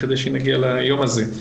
כדי שנגיע ליום הזה.